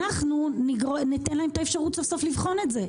אנחנו ניתן להם את האפשרות סוף-סוף לבחון את זה.